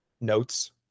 notes